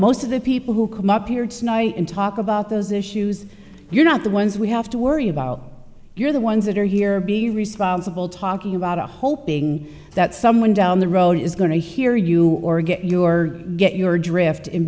most of the people who come up here tonight and talk about those issues you're not the ones we have to worry about you're the ones that are here be responsible talking about hoping that someone down the road is going to hear you or get your get your drift and